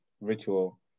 ritual